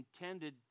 intended